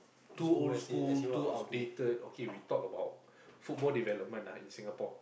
too old school too outdated okay we talk about football development lah iN_Singapore